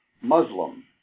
Muslim